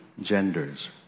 genders